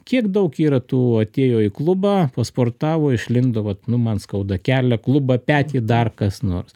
kiek daug yra tų atėjo į klubą pasportavo išlindo vat nu man skauda kelią klubą petį dar kas nors